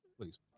Please